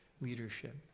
leadership